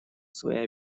свои